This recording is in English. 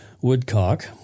woodcock